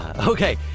Okay